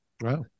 Wow